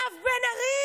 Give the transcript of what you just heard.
נעמה לזימי, מירב בן ארי.